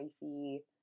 wifey